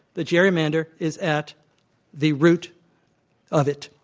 the gerrymander is at the root of it.